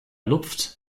lupft